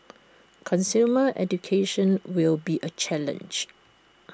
consumer education will be A challenge